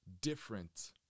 different